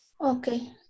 Okay